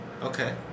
okay